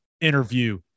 interview